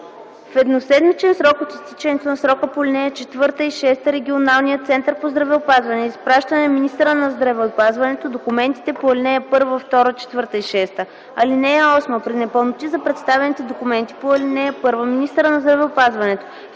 В едноседмичен срок от изтичането на срока по ал. 4 и 6 регионалният център по здравеопазване изпраща на министъра на здравеопазването документите по ал. 1, 2, 4 и 6. (8) При непълноти на представените документи по ал. 1 министърът на здравеопазването